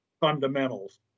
fundamentals